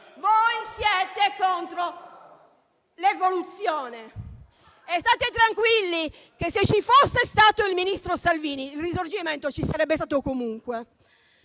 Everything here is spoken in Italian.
Voi siete contro l'evoluzione. State tranquilli perché, se ci fosse stato il ministro Salvini, il risarcimento ci sarebbe stato comunque.